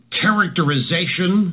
characterization